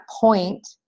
point